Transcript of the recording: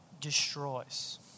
destroys